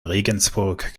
regensburg